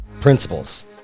principles